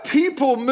people